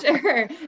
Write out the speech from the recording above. sure